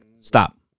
stop